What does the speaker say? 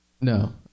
No